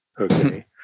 Okay